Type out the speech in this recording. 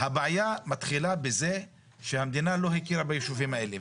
הבעיה מתחילה בזה שהמדינה לא הכירה ביישובים האלה,